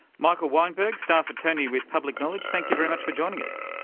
michael weinberg, staff attorney with public knowledge, thank you very much for joining us.